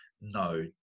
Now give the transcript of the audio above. no